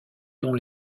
dont